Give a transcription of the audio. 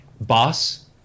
boss